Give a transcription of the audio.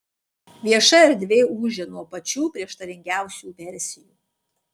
vieša erdvė ūžia nuo pačių prieštaringiausių versijų